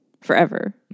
forever